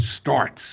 starts